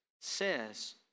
says